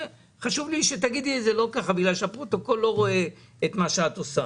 חשוב לי שתגידי את זה ולא ככה בגלל שהפרוטוקול לא רואה את מה שאת עושה.